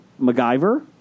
MacGyver